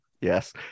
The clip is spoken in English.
yes